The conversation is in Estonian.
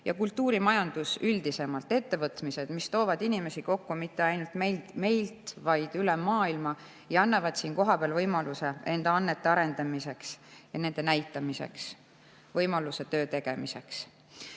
ja kultuurimajandus üldisemalt, ettevõtmised, mis toovad inimesi kokku mitte ainult meilt, vaid üle maailma, ja annavad siin kohapeal võimaluse enda annete arendamiseks ja näitamiseks, võimaluse töö tegemiseks.